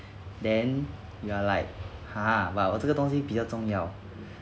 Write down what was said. then you are like !huh! but 我这个东西比较重要